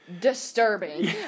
Disturbing